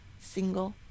single